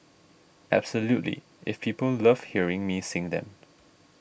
absolutely if people love hearing me sing them